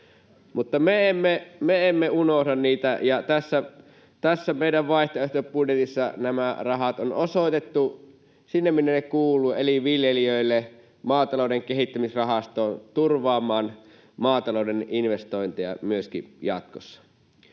Mutta me emme unohda niitä, ja tässä meidän vaihtoehtobudjetissamme nämä rahat on osoitettu sinne, minne ne kuuluvat, eli viljelijöille maatalouden kehittämisrahastoon turvaamaan maatalouden investointeja myöskin jatkossa.